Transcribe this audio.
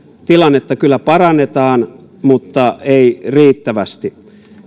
tilannetta kyllä parannetaan mutta ei riittävästi